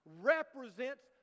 represents